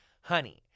Honey